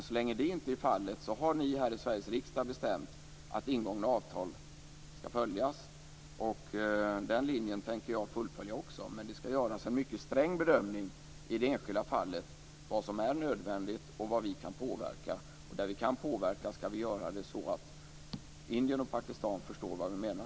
Så länge det inte är fallet tänker jag fullfölja den linjen som ni i Sveriges riksdag bestämt, att ingångna avtal skall följas. Men det skall göras en mycket sträng bedömning i det enskilda fallet av vad som är nödvändigt och vad vi kan påverka. Där vi kan påverka skall vi göra det så att Indien och Pakistan förstår vad vi menar.